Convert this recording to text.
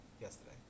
yesterday